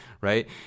right